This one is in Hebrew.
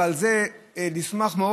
ועל זה נשמח מאוד?